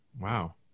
Wow